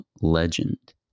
Legend